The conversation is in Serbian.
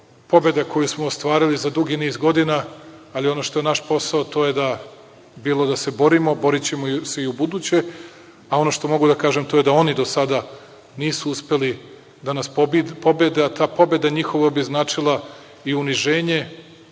pobeda koju smo ostvarili za dugi niz godina, ali ono što je naš posao, to je da se borimo. Borićemo se i ubuduće. Ono što mogu da kažem to je da oni do sada nisu uspeli da nas pobede, a ta pobeda njihova bi značila i uniženje